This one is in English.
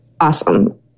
awesome